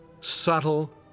subtle